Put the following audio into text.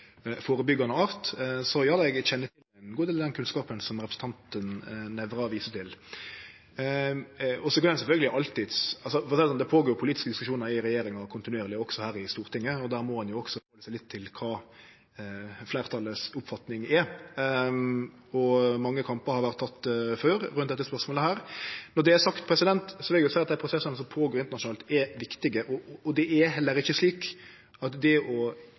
art. Så ja, eg kjenner inngåande til den kunnskapen som representanten Nævra viser til. Det går føre seg politiske diskusjonar i regjering og kontinuerleg også her i Stortinget, og då må ein jo også lytte litt til kva fleirtalets oppfatning er. Og mange kampar har vore tekne før rundt dette spørsmålet. Når det er sagt, vil eg nok seie at dei prosessane som går føre seg internasjonalt, er viktige. Det er heller ikkje slik at det å